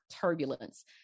Turbulence